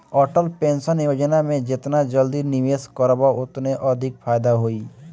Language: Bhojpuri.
अटल पेंशन योजना में जेतना जल्दी निवेश करबअ ओतने अधिका फायदा होई